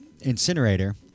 incinerator